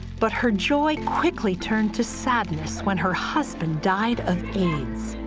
but her joy quickly turned to sadness when her husband died of aids.